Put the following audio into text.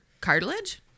Cartilage